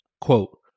quote